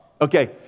Okay